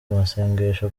masengesho